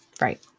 Right